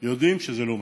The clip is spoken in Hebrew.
יודעים שזה לא מספיק.